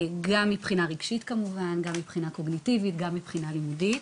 מבחינה רגשית, קוגניטיבית ומבחינה לימודית.